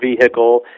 vehicle